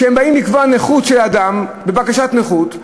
כשהם באים לקבוע נכות של אדם בבקשת נכות,